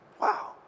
Wow